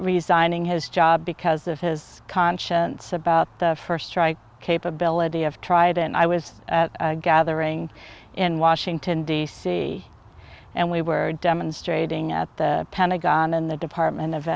resigning his job because of his conscience about the first strike capability of tried and i was gathering in washington d c and we were demonstrating at the pentagon and the department of